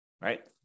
right